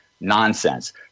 nonsense